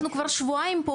אנחנו כבר שבועיים פה,